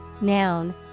noun